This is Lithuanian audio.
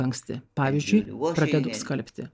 anksti pavyzdžiui pradedu skalbti